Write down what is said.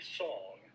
song